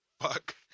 fuck